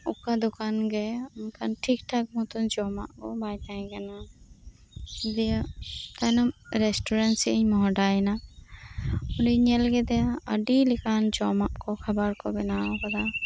ᱚᱠᱟ ᱫᱚᱠᱟᱱ ᱜᱮ ᱚᱱᱠᱟᱱ ᱴᱷᱤᱠ ᱴᱷᱟᱠ ᱢᱚᱛᱚᱱ ᱡᱚᱢᱟᱜ ᱠᱚ ᱵᱟᱭ ᱛᱟᱦᱮᱸ ᱠᱟᱱᱟ ᱫᱤᱭᱮ ᱛᱟᱭᱱᱚᱢ ᱨᱮᱥᱴᱩᱨᱮᱱᱴ ᱥᱮᱫ ᱤᱧ ᱢᱚᱦᱰᱟᱭᱮᱱᱟ ᱚᱸᱰᱮᱧ ᱧᱮᱞ ᱠᱮᱫᱮᱭᱟ ᱟᱹᱰᱤ ᱞᱮᱠᱟᱱ ᱡᱚᱢᱟᱜ ᱠᱚ ᱠᱷᱟᱵᱟᱨ ᱠᱚ ᱵᱮᱱᱟᱣ ᱟᱠᱟᱫᱟ